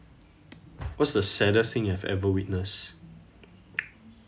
what's the saddest thing you have ever witnessed